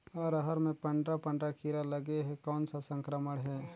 अरहर मे पंडरा पंडरा कीरा लगे हे कौन सा संक्रमण हे?